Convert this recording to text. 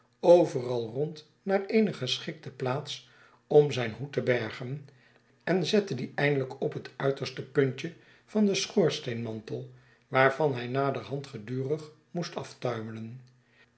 overal rond naar eene geschikte plaats om zijn hoed te bergen en zette dien eindelijk op het uiterste puntje van den sohoorsteenmantel waarvan hij naderhand gedurig moest aftuimelen